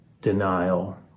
denial